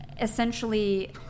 essentially